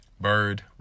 Bird